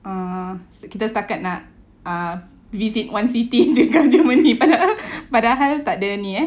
uh kita kita setakat nak ah visit one city jer kat germany padahal padahal takde ni eh